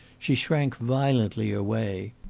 she shrank violently away.